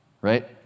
Right